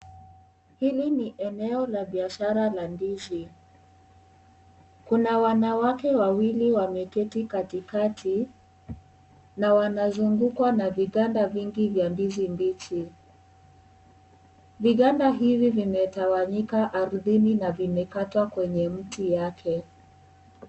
Hili ni eneo la biashara la ndizi. Kuna wanawake wawili wameketi katikati na wanazungukwa na viganda vingi vya ndizi mbichi. Viganda hivi vimetawanyika ardhini na vimekatwa kwenye mti yake